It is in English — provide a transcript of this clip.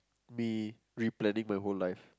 me replanning my whole life